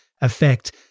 effect